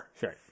Sure